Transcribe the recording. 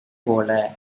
போல